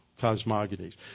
cosmogonies